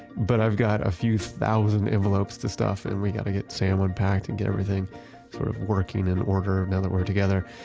but i've got a few thousand envelopes to stuff, and we got to get sam unpacked, and get everything sort of working in order now that we're together.